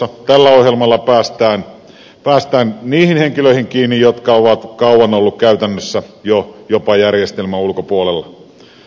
tällä ohjelmalla päästään niihin henkilöihin kiinni jotka ovat kauan olleet käytännössä jopa järjestelmän ulkopuolella